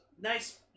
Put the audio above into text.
nice